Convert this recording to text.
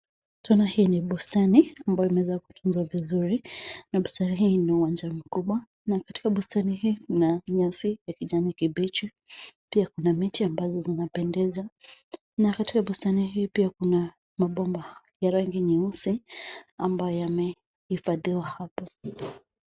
Tunaona hii ni bustani ambayo imeweza kutunzwa vizuri. Bustani hii ina uwanja mkubwa na katika bustani hii kuna nyasi ya kijani kibichi, pia kuna miti ambazo zinapendeza. na katika bustani hii pia kuna mabomba ya rangi nyeusi ambayo yame hifadhiwa hapo.